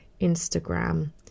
Instagram